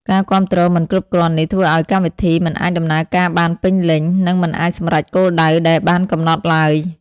ការគាំទ្រមិនគ្រប់គ្រាន់នេះធ្វើឲ្យកម្មវិធីមិនអាចដំណើរការបានពេញលេញ និងមិនអាចសម្រេចគោលដៅដែលបានកំណត់ឡើយ។